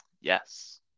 Yes